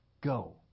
Go